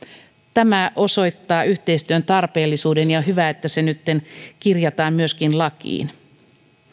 tämä osoittaa yhteistyön tarpeellisuuden ja on hyvä että se nytten kirjataan myöskin lakiin